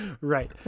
right